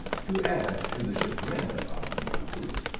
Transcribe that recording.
to add to the chagrin of aben habuz,